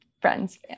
Friends